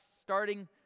starting